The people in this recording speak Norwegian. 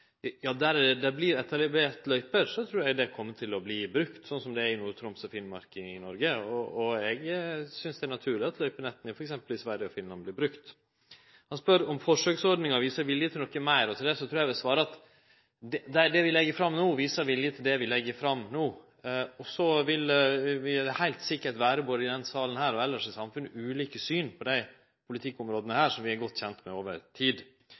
ja. Der det vert etablert løyper, trur eg dei kjem til å verte brukte, slik som i Nord-Troms og Finnmark i Noreg. Og eg synest det er naturleg at løypenetta i Sverige og Finland, f.eks., vert brukte. Han spør om forsøksordninga viser vilje til noko meir. Til det trur eg eg vil svare at det vi legg fram no, viser vilje til det vi legg fram no. Så vil det heilt sikkert, både i denne salen og elles i samfunnet, vere ulike syn på desse politikkområda som vi er godt kjende med over tid.